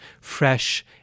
fresh